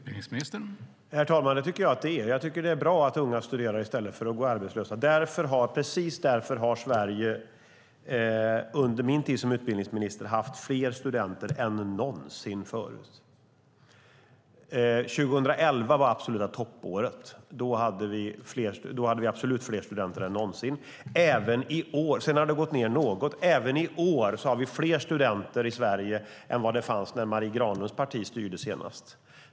Herr talman! Det är viktigt. Det är bra att unga studerar i stället för att gå arbetslösa. Precis därför har Sverige under min tid som utbildningsminister haft fler studenter än någonsin förut. År 2011 var det absoluta toppåret. Då fanns fler studenter än någonsin. Sedan har det gått ned något. Även i år finns fler i studenter i Sverige än vad det fanns när Marie Granlunds parti styrde senast.